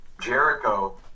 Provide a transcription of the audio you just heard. Jericho